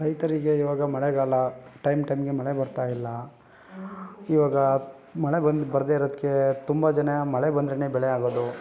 ರೈತರಿಗೆ ಇವಾಗ ಮಳೆಗಾಲ ಟೈಮ್ ಟೈಮಿಗೆ ಮಳೆ ಬರ್ತಾ ಇಲ್ಲ ಇವಾಗ ಮಳೆ ಬಂದು ಬರದೇ ಇರೋದಕ್ಕೆ ತುಂಬ ಜನ ಮಳೆ ಬಂದ್ರೇ ಬೆಳೆ ಆಗೋದು